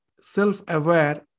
self-aware